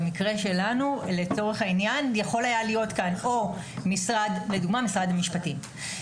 במקרה שלנו לצורך העניין יכול היה להיות כאן לדוגמה משרד המשפטים.